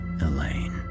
Elaine